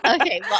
Okay